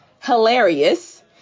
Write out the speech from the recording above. Hilarious